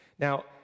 Now